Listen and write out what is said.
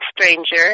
stranger